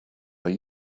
are